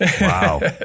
wow